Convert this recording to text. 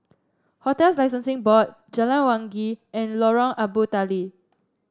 Hotels Licensing Board Jalan Wangi and Lorong Abu Talib